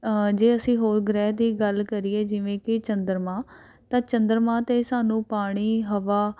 ਜੇ ਅਸੀਂ ਹੋਰ ਗ੍ਰਹਿ ਦੀ ਗੱਲ ਕਰੀਏ ਜਿਵੇਂ ਕਿ ਚੰਦਰਮਾ ਤਾਂ ਚੰਦਰਮਾ 'ਤੇ ਸਾਨੂੰ ਪਾਣੀ ਹਵਾ